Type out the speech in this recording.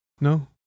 No